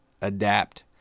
adapt